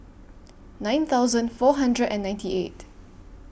nine thousand four hundred and ninety eight